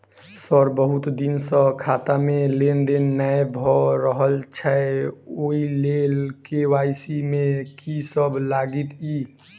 Sir बहुत दिन सऽ खाता मे लेनदेन नै भऽ रहल छैय ओई लेल के.वाई.सी मे की सब लागति ई?